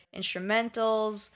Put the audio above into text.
instrumentals